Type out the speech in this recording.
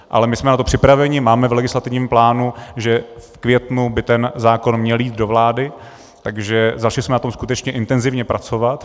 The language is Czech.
Ale my jsme na to připraveni, máme v legislativním plánu, že v květnu by ten zákon měl jít do vlády, takže jsme na tom začali skutečně intenzivně pracovat.